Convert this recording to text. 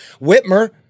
Whitmer